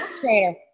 trainer